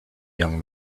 young